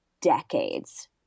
decades